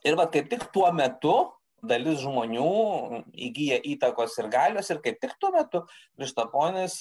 ir vat kaip tik tuo metu dalis žmonių įgyja įtakos ir galios ir kaip tik tuo metu krištaponis